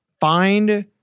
find